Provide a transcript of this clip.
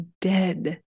dead